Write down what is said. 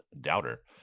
doubter